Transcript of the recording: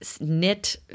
knit